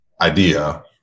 idea